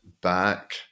back